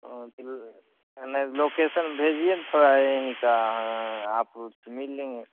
वह तुल नहीं तो लोकेसन भेजिए ना थोड़ा यहीं का आप उससे मिल लेंगे